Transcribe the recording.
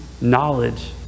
knowledge